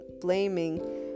blaming